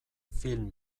film